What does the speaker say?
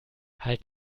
halt